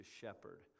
shepherd